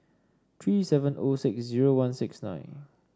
three seven O six zero one six nine